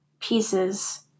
pieces